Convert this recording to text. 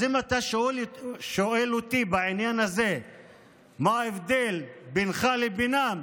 אז אם אתה שואל אותי בעניין הזה מה ההבדל בינך לבינם,